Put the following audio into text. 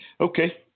Okay